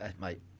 Mate